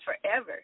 forever